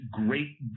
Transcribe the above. great